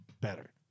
better